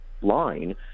line